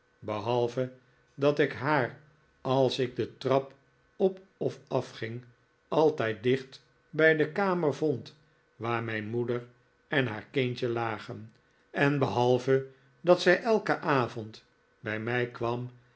behalve dat ik haar als ik de trap op of afging altijd dicht bij de kamer vond waar mijn moeder en haar kindje lagen en behalve dat zij elken avond bij mij kwam